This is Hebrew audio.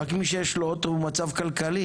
רק מי שיש לו אוטו ומצב כלכלי,